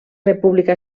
república